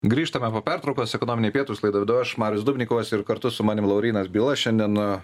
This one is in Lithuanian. grįžtame po pertraukos ekonominiai pietūs laidą vedu aš marius dubnikovas ir kartu su manim laurynas byla šiandien